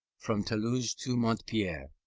from toulouse to montpellier,